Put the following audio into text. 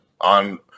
on